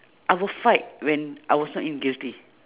I will fight when I was not in guilty